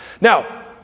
Now